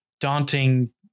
daunting